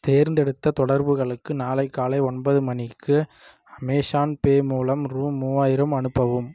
தேர்ந்தெடுத்த தொடர்புகளுக்கு நாளை காலை ஒன்பது மணிக்கு அமேசான் பே மூலம் ரூபா மூவாயிரம் அனுப்பவும்